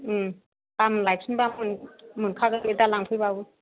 उम आं लायफिनबा मोनखागोन बे दा लांफैब्लबो